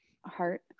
heart